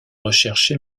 recherche